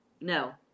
No